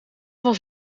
was